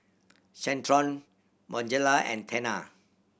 Centrum Bonjela and Tena